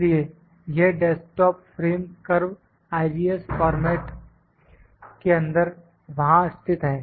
इसलिए यह desktop frame करव IGES फ़ॉर्मेट के अंदर वहां स्थित है